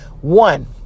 One